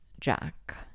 Jack